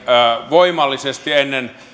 voimallisesti ennen